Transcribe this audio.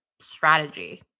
strategy